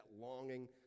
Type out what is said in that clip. longing